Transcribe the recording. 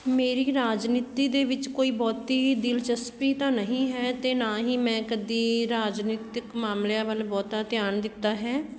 ਮੇਰੀ ਰਾਜਨੀਤੀ ਦੇ ਵਿੱਚ ਕੋਈ ਬਹੁਤੀ ਦਿਲਚਸਪੀ ਤਾਂ ਨਹੀਂ ਹੈ ਅਤੇ ਨਾ ਹੀ ਮੈਂ ਕਦੇ ਰਾਜਨੀਤਿਕ ਮਾਮਲਿਆਂ ਵੱਲ ਬਹੁਤਾ ਧਿਆਨ ਦਿੱਤਾ ਹੈ